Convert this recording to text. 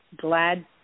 glad